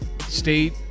state